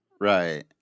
Right